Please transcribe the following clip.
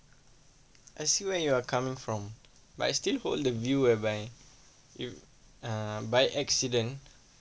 I see where you are coming from but I still hold the view whereby you err by accident